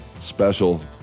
Special